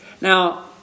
Now